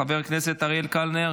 חבר הכנסת אריאל קלנר,